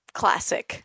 classic